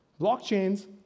Blockchains